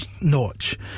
notch